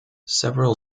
several